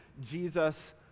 Jesus